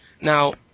Now